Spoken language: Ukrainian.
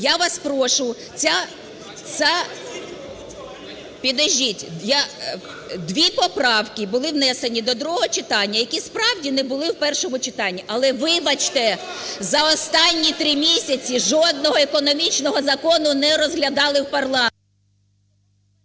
у залі) Підождіть. Дві поправки були внесені до другого читання, які справді не були в першому читанні. Але, вибачте, за останні три місяці жодного економічного закону не розглядали в парламенті…